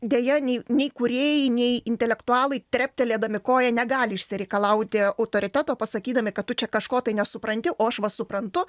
deja nei nei kūrėjai nei intelektualai treptelėdami koja negali išsireikalauti autoriteto pasakydami kad tu čia kažko tai nesupranti o aš va suprantu